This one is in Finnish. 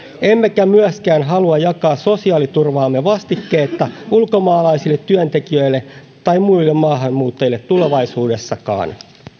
emmekä myöskään halua jakaa sosiaaliturvaamme vastikkeetta ulkomaalaisille työntekijöille tai muille maahanmuuttajille tulevaisuudessakaan